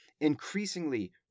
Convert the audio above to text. increasingly